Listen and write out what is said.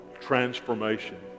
transformation